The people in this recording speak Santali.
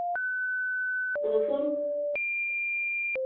ᱨᱚᱥᱩᱱ